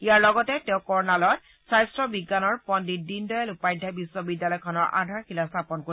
ইয়াৰ লগতে তেওঁ কৰ্ণালত স্বাস্থ্য বিজ্ঞানৰ লগত পণ্ডিত দীনদয়াল উপ্যাধায় বিশ্ববিদ্যালয়খনৰ আধাৰশিলা স্থাপন কৰিব